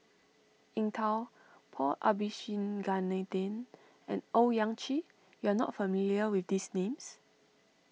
Eng Tow Paul Abisheganaden and Owyang Chi you are not familiar with these names